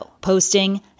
posting